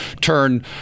turn